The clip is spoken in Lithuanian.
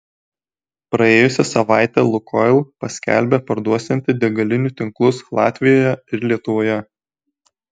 praėjusią savaitę lukoil paskelbė parduosianti degalinių tinklus latvijoje ir lietuvoje